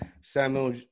Samuel